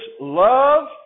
love